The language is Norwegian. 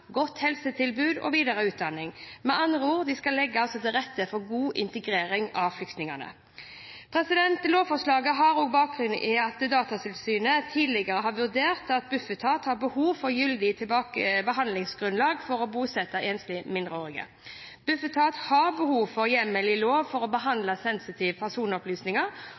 godt helsetilbud og videre utdanning. Med andre ord: De skal altså legge til rette for god integrering av flyktningene. Lovforslaget har også bakgrunn i at Datatilsynet tidligere har vurdert at Bufetat har behov for gyldig behandlingsgrunnlag for å bosette enslige mindreårige. Bufetat har behov for hjemmel i lov for å behandle sensitive personopplysninger.